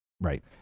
right